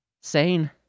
sane